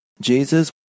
Jesus